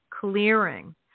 Clearing